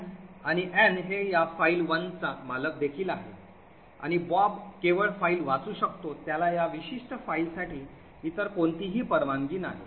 Ann आणि Ann हे या फाईल 1 चा मालक देखील आहे आणि Bob केवळ फाईल वाचू शकतो त्याला या विशिष्ट फाईलसाठी इतर कोणतीही परवानगी नाही